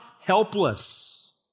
helpless